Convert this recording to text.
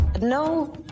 No